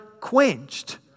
quenched